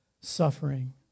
suffering